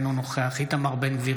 אינו נוכח איתמר בן גביר,